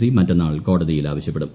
C മറ്റെന്നാൾ കോടതിയിൽ ആവശ്യപ്പെടും